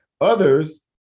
Others